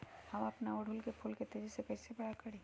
हम अपना ओरहूल फूल के तेजी से कई से बड़ा करी?